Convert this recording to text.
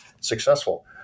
successful